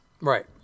Right